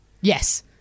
Yes